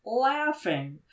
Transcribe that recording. laughing